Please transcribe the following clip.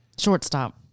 shortstop